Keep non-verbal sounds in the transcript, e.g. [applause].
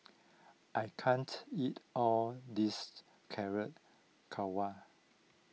I can't eat all this Carrot [unintelligible]